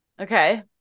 Okay